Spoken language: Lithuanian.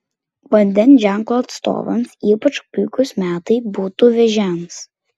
vandens ženklo atstovams ypač puikūs metai būtų vėžiams